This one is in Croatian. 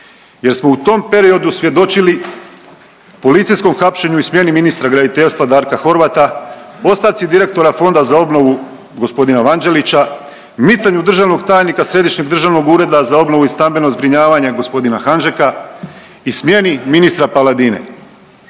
jer smo u tom periodu svjedočili policijskom hapšenju i smjeni ministra graditeljska Darka Horvata, ostavci direktora Fonda za obnovu gospodina Vanđelića, micanju državnog tajnika Središnjeg državnog ureda za obnovu i stambeno zbrinjavanje gospodina Hanžeka i smjeni ministra Paladine.